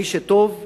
מי שטוב עוזב,